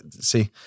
See